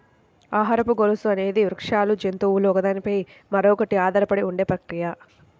ఆహారపు గొలుసు అనేది వృక్షాలు, జంతువులు ఒకదాని పై మరొకటి ఆధారపడి ఉండే ప్రక్రియ